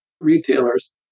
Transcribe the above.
retailers